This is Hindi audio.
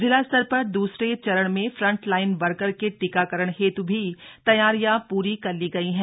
जिला स्तर पर दूसरे चरण में फ्रंट लाइन वर्कर के टीकाकरण हेत् भी तैयारियां पूरी कर ली गई है